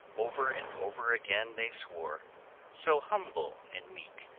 over and over again they swore so humble and meek,